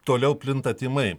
toliau plinta tymai